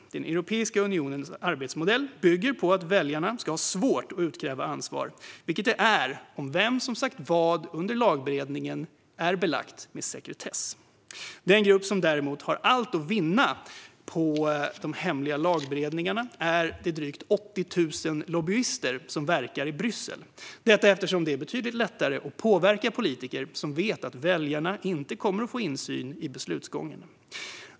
Europeiska unionens arbetsmodell bygger på att väljarna ska ha svårt att utkräva ansvar, vilket är omöjligt när vem som sagt vad i lagstiftningsberedningen är belagt med sekretess. Den grupp som däremot har allt att vinna på de hemliga lagberedningarna är de drygt 80 000 lobbyister som verkar i Bryssel - detta eftersom det är betydligt lättare att påverka politiker som vet att väljarna inte kommer att få insyn i beslutsgången.